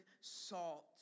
salt